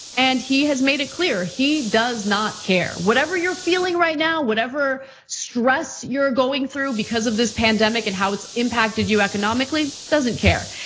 and, he has made it clear, he does not care. whatever you're feeling right now, whatever stress you're going through because of this pandemic and how it's impacted you economically, doesn't care.